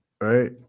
right